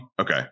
Okay